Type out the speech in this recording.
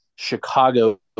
Chicago